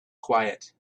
quiet